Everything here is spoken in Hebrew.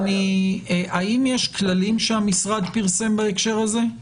האם יש כללים שהמשרד פרסם בהקשר הזה,